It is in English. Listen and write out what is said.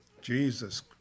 Jesus